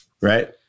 right